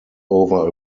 over